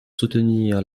soutenir